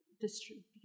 distribute